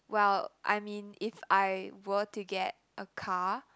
well I mean if I were to get a car